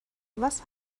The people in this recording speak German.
was